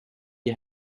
you